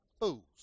fools